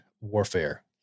warfare